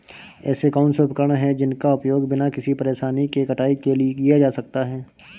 ऐसे कौनसे उपकरण हैं जिनका उपयोग बिना किसी परेशानी के कटाई के लिए किया जा सकता है?